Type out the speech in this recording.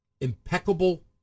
impeccable